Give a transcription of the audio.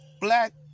black